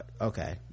okay